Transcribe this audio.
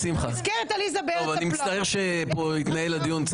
מזכיר את עליזה בארץ הפלאות.